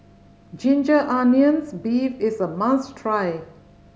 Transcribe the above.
ginger onions beef is a must try